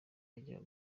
yajyaga